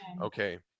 Okay